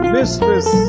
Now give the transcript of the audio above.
Mistress